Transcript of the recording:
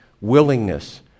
willingness